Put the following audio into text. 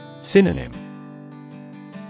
Synonym